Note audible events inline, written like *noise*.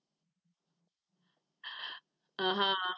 *breath* *breath* (uh huh) uh